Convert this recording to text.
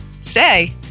Stay